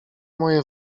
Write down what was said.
moje